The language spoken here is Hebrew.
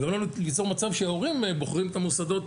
וגם לא ליצור מצב שההורים בוחרים את המוסדות